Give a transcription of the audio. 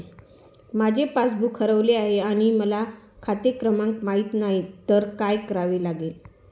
माझे पासबूक हरवले आहे आणि मला खाते क्रमांक माहित नाही तर काय करावे लागेल?